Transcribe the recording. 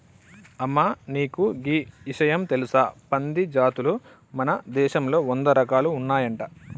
అమ్మ నీకు గీ ఇషయం తెలుసా పంది జాతులు మన దేశంలో వంద రకాలు ఉన్నాయంట